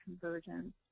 convergence